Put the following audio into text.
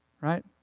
Right